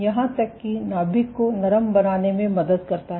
यहां तक कि नाभिक को नरम बनाने में मदद करता है